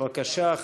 בבקשה,